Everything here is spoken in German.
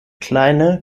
kleine